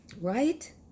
Right